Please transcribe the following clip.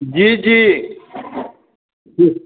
जी जी ठीक